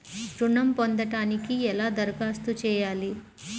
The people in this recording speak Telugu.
ఋణం పొందటానికి ఎలా దరఖాస్తు చేయాలి?